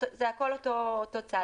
זה הכול אותו צד.